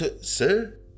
Sir